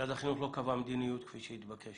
שמשרד החינוך לא קבע מדיניות כפי שהתבקש